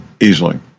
Easily